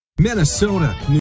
Minnesota